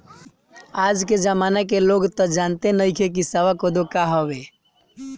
आज के जमाना के लोग तअ जानते नइखे की सावा कोदो का हवे